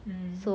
mm